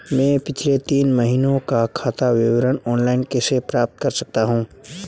मैं पिछले तीन महीनों का खाता विवरण ऑनलाइन कैसे प्राप्त कर सकता हूं?